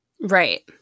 Right